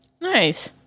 Nice